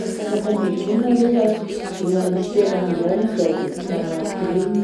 Fahafantarako ny legioma aloha a, roy andro sy telo andro ihany izy azo ampirimina.